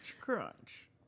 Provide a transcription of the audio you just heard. crunch